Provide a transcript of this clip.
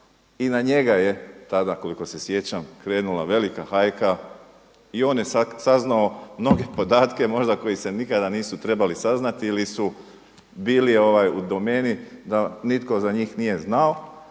I na njega je tada koliko se sjećam krenula velika hajka, i on je saznao mnoge podatke možda koji se nikada nisu trebali saznati ili su bili u domeni da nitko za njih nije znao,